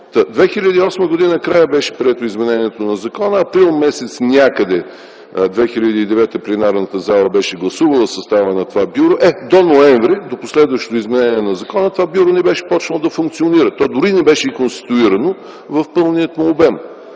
2008 г. беше прието изменението на закона, а някъде м. април 2009 г. пленарната зала гласува състава на това бюро. До м. ноември, до последващото изменение на закона това бюро не беше започнало да функционира. То дори не беше конституирано в пълния му обем,